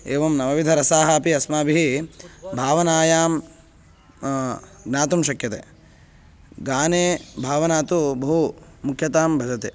एवं नवविधरसाः अपि अस्माभिः भावनायां ज्ञातुं शक्यते गाने भावना तु बहु मुख्यतां भजते